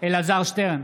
אלעזר שטרן,